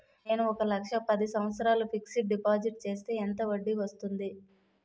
నేను ఒక లక్ష పది సంవత్సారాలు ఫిక్సడ్ డిపాజిట్ చేస్తే ఎంత వడ్డీ వస్తుంది?